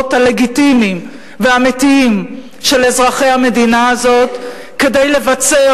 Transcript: הלגיטימיים והאמיתיים של אזרחי המדינה הזאת כדי לבצר,